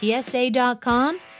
PSA.com